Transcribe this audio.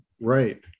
right